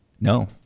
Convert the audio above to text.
No